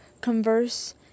converse